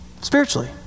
Spiritually